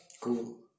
Cool